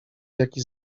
jaki